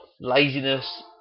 laziness